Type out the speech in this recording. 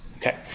Okay